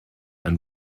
and